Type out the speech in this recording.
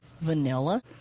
vanilla